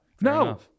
No